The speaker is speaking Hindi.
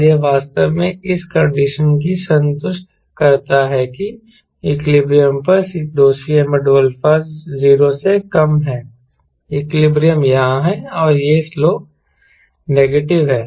और यह वास्तव में इस कंडीशन को संतुष्ट करता है कि इक्विलिब्रियम पर CmCa 0 से कम है इक्विलिब्रियम यहाँ है और यह सलोप नेगेटिव है